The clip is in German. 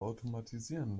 automatisieren